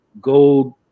gold